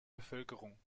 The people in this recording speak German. bevölkerung